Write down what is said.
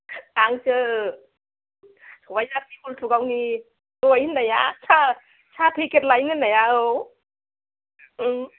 आंसो सबायझार हलथुगावनि दहाय होननाया साहा पेकेट लायनो होननाया औ उम